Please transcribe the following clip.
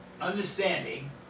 understanding